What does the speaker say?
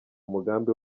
umugambi